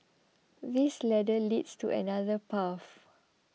this ladder leads to another path